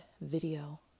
video